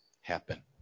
happen